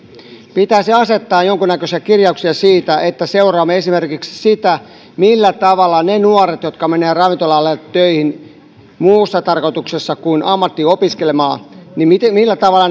pitäisi asettaa jonkunnäköisiä kirjauksia siitä että seuraamme esimerkiksi sitä millä tavalla ne kuusitoista viiva seitsemäntoista vuotiaat nuoret jotka menevät ravintola alalle töihin muussa tarkoituksessa kuin ammattiin opiskelemaan sopeutuvat tai millä tavalla